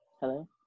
Hello